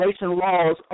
laws